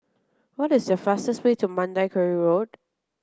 what is the fastest way to Mandai Quarry Road